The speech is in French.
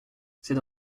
c’est